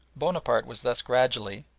bonaparte was thus gradually,